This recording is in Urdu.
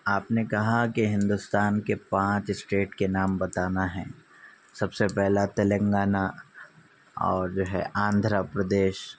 آپ نے کہا کہ ہندوستان کے پانچ اسٹیٹ کے نام بتانا ہیں سب سے پہلا تلنگانہ اور جو ہے آندھرا پردیش